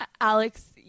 alex